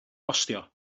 gostio